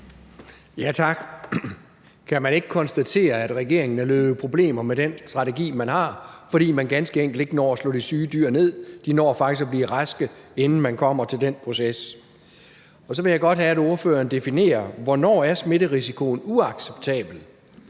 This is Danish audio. (V): Tak. Kan man ikke konstatere, at regeringen er løbet ind i problemer med den strategi, man har, fordi man ganske enkelt ikke når at slå de syge dyr ned? De når faktisk at blive raske, inden man kommer til den proces. Og så vil jeg godt have, at ordføreren definerer, hvornår smitterisikoen er uacceptabel.